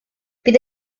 bydd